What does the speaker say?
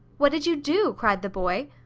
what did you do? cried the boy.